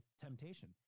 temptation